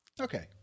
Okay